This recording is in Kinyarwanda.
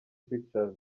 pictures